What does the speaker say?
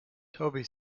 toby